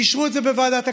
ואישרו את זה בוועדת הכנסת,